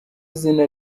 izina